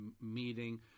meeting